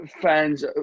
fans